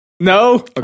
No